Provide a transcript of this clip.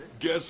Guess